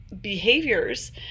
behaviors